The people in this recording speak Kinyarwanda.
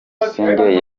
busingye